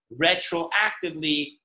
retroactively